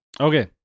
Okay